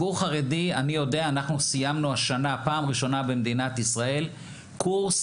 אנחנו סיימנו השנה פעם ראשונה במדינת ישראל קורס